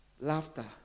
Laughter